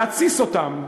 להתסיס אותם.